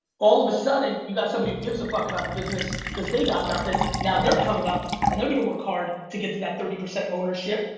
all of a sudden you've got somebody who gives a fuck about the business cause they got nothing. now they're coming up and they're gonna work hard to get to that thirty percent ownership.